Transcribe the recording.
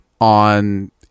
on